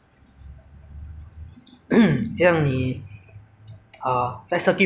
uh 在 circuit breaker 的时候你在家里做些什么东西来过你的时间